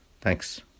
Thanks